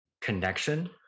connection